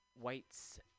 whites